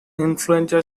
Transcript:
influenza